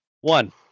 One